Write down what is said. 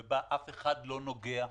ובה אף אחד לא נוגע,